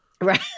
Right